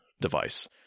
device